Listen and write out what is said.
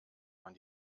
man